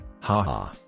haha